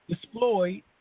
deployed